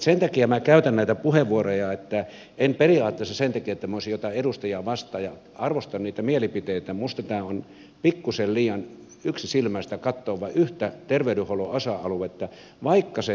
sen takia minä käytän näitä puheenvuoroja en periaatteessa sen takia että minä olisin jotain edustajaa vastaan ja arvostan niitä mielipiteitä mutta minusta tämä on pikkusen liian yksisilmäistä katsoa vain yhtä terveydenhuollon osa aluetta vaikka se tärkeä onkin